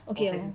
okay hor